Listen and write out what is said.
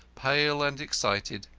pale and excited.